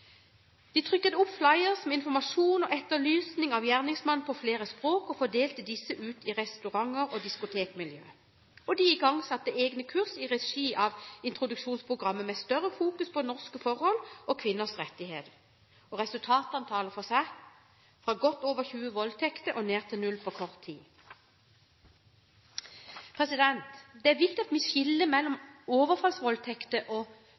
De trykket opp flyers med informasjon og etterlysning av gjerningsmannen på flere språk, og fordelte disse i restauranter og diskotekmiljøer. De igangsatte egne kurs i regi av introduksjonsprogrammet med større fokus på norske forhold og kvinners rettigheter. Og resultatene taler for seg – fra godt over 20 voldtekter og ned til null på kort tid. Det er viktig at vi skiller mellom overfallsvoldtekter og